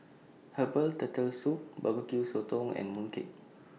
Herbal Turtle Soup Barbecue Sotong and Mooncake